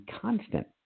constant